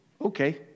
Okay